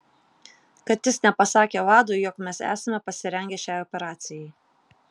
kad jis nepasakė vadui jog mes esame pasirengę šiai operacijai